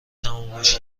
تمومش